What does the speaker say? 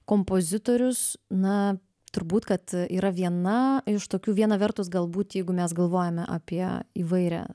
kompozitorius na turbūt kad yra viena iš tokių viena vertus galbūt jeigu mes galvojame apie įvairią